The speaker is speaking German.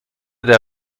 der